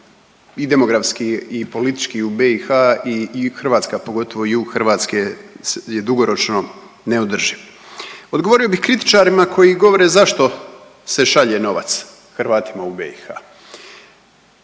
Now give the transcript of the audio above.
i demografski i politički u BiH i Hrvatska, pogotovo jug Hrvatske je dugoročno neodrživ. Odgovorio bih kritičarima koji govore zašto se šalje novac Hrvatima u BiH.